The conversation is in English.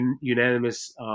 unanimous